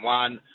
one